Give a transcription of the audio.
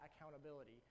accountability